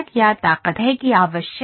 क्या ताकत है कि आवश्यक है